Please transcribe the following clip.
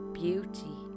beauty